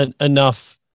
enough